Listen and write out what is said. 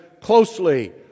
closely